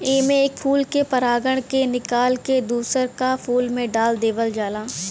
एमे एक फूल के परागण के निकाल के दूसर का फूल में डाल देवल जाला